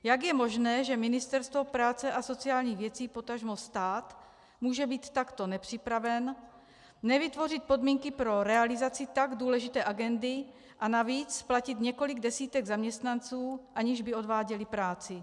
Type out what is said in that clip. Jak je možné, že Ministerstvo práce a sociálních věcí, potažmo stát, může být takto nepřipraveno, nevytvořit podmínky pro realizaci tak důležité agendy a navíc platit několik desítek zaměstnanců, aniž by odváděli práci?